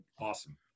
awesome